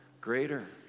greater